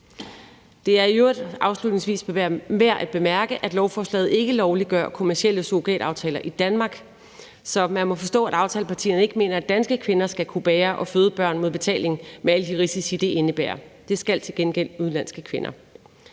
Det er i øvrigt afslutningsvis værd at bemærk, at lovforslaget ikke lovliggør kommercielle surrogataftaler i Danmark, så man må forstå, at aftalepartierne ikke mener, at danske kvinder skal kunne bære og føde børn mod betaling med alle de risici, det indebærer. Det skal til gengæld udenlandske kvinder.